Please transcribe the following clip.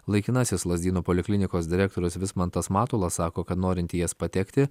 laikinasis lazdynų poliklinikos direktorius vismantas matulas sako kad norint į jas patekti